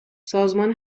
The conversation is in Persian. سازمان